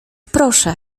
proszę